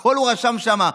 הכול הוא רשם שם,